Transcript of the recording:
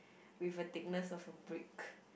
with a thickness of a brick